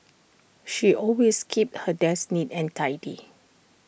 she always keeps her desk neat and tidy